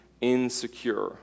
insecure